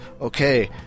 okay